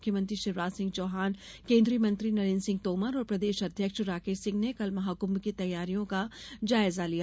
मुख्यमंत्री शिवराज सिंह चौहान केन्द्रीय मंत्री नरेन्द्र सिंह तोमर और प्रदेश अध्यक्ष राकेश सिंह ने कल महाकृंभ की तैयारियों का जायजा लिया